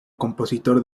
compositor